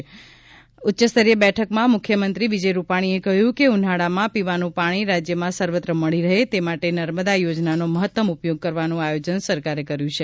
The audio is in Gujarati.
આજે યોજાયેલી ઉચ્ચસ્તરીય બેઠકમાં મુખ્યમંત્રી વિજય રૂપાણીએ કહ્યું છે કે ઉનાળામાં પીવાનું પાણી રાજ્યમાં સર્વત્ર મળી રહે છે માટે નર્મદા યોજનાનો મહત્તમ ઉપયોગ કરવાનું આયોજન સરકારે કર્યું છે